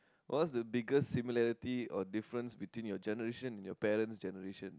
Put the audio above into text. what's the biggest similarity or difference between your generation and your parents' generation